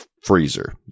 freezer